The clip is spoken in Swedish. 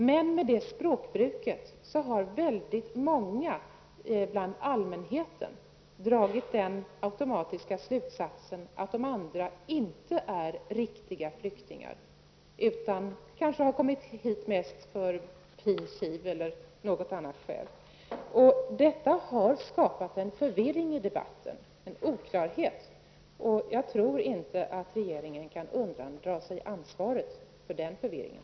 Men med detta språkbruk har väldigt många människor bland allmänheten dragit den automatiska slutsatsen att de andra flyktingarna inte är riktiga flyktingar utan att de kanske har kommit hit mest på pin kiv eller av något annat skäl. Detta har skapat förvirring och oklarhet i debatten. Jag tror inte att regeringen kan undandra sig ansvar för den förvirringen.